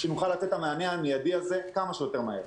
כדי שנוכל לתת את המענה המידי הזה כמה שיותר מהר.